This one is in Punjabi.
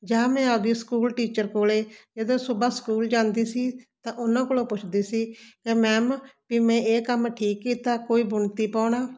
ਜਾਂ ਮੈਂ ਆਪਦੀ ਸਕੂਲ ਟੀਚਰ ਕੋਲ ਜਦੋਂ ਸੂਬਾਹ ਸਕੂਲ ਜਾਂਦੀ ਸੀ ਤਾਂ ਉਹਨਾਂ ਕੋਲੋਂ ਪੁੱਛਦੀ ਸੀ ਵੀ ਮੈਮ ਵੀ ਮੈਂ ਇਹ ਕੰਮ ਠੀਕ ਕੀਤਾ ਕੋਈ ਬੁਣਤੀ ਪਾਉਣਾ